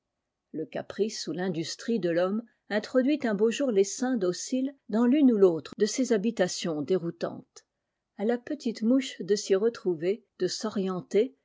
le caprice ou l'industrie de l'homme introduit un beau jour l'essaim docile dans l'une ou l'autre de ces habitations déroutantes a la petite mouche de s'y retrouver de s'orienter